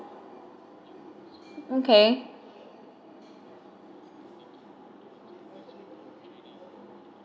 okay